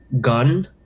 gun